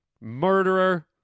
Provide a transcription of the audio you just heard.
murderer